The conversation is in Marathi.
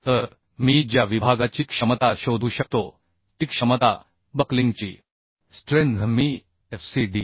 तर मी ज्या विभागाची क्षमता शोधू शकतो ती क्षमता बक्लिंगची स्ट्रेंथ मी fcd